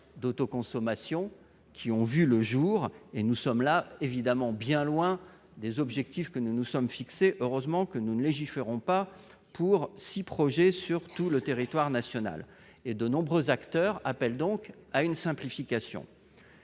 d'autoconsommation ont vu le jour. Nous sommes là, évidemment, bien loin des objectifs que nous nous sommes fixés. Heureusement, nous ne légiférons pas pour 6 projets sur tout le territoire national ! De nombreux acteurs appellent donc à une simplification.